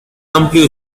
amplio